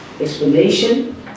explanation